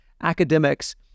academics